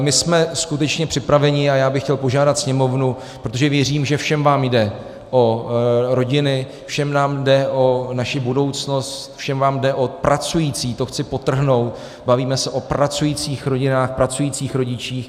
My jsme skutečně připraveni, a já bych chtěl požádat Sněmovnu, protože věřím, že všem vám jde o rodiny, všem nám jde o naši budoucnost, všem vám jde o pracující to chci podtrhnout, bavíme se o pracujících rodinách, pracujících rodičích.